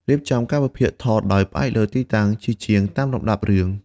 រៀបចំកាលវិភាគថតដោយផ្អែកលើទីតាំងជាជាងតាមលំដាប់រឿង។